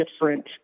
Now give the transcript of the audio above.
different